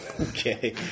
Okay